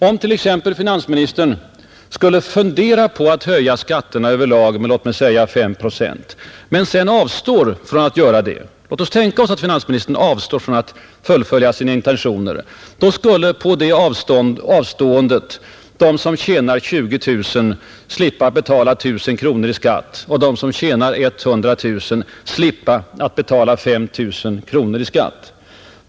Om t.ex. finansministern funderar på att höja skatterna över lag med låt säga 5 procent men sedan avstår från att göra det — låt oss tänka oss att finansministern avstår från att fullfölja sina intentioner — då skulle på det avståendet de som tjänar 20 000 kronor slippa att betala I 000 kronor i skatt och de som tjänar 100 000 kronor slippa att betala 5 000 kronor i skatt.